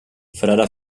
frare